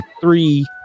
three